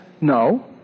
No